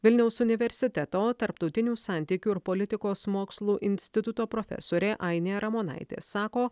vilniaus universiteto tarptautinių santykių ir politikos mokslų instituto profesorė ainė ramonaitė sako